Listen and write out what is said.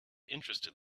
interested